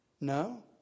no